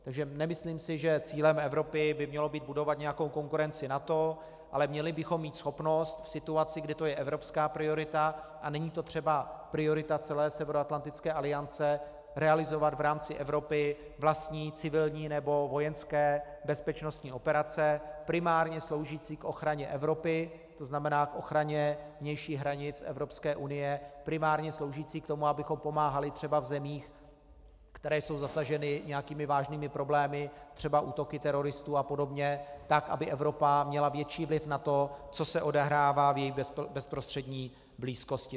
Takže si nemyslím, že cílem Evropy by mělo být budovat nějakou konkurenci NATO, ale měli bychom mít schopnost v situaci, kdy to je evropská priorita a není to třeba priorita celé Severoatlantické aliance, realizovat v rámci Evropy vlastní civilní nebo vojenské bezpečnostní operace primárně sloužící k ochraně Evropy, to znamená k ochraně vnějších hranic Evropské unie, primárně sloužící k tomu, abychom pomáhali třeba v zemích, které jsou zasaženy nějakými vážnými problémy, třeba útoky teroristů a podobně, tak aby Evropa měla větší vliv na to, co se odehrává v její bezprostřední blízkosti.